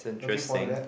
looking forward to that